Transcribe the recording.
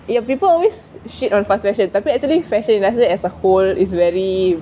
ya people always shit on fast fashion tapi actually fashion industry as a whole is very